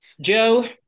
Joe